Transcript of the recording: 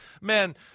Man